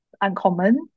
uncommon